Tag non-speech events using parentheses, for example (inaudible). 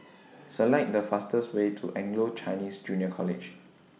(noise) Select The fastest Way to Anglo Chinese Junior College